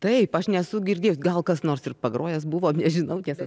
taip aš nesu girdėjus gal kas nors ir pagrojęs buvo nežinau tiesą